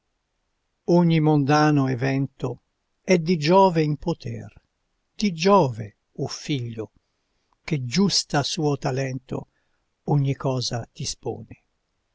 ogni mondano evento è di giove in poter di giove o figlio che giusta suo talento ogni cosa dispone